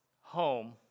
home